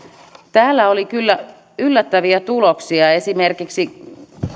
täällä oli kyllä yllättäviä tuloksia esimerkiksi kysymykseen